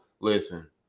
listen